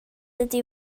ydy